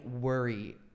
worry